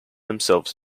themselves